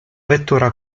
vettura